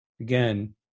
Again